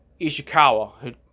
Ishikawa